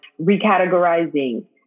recategorizing